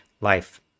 life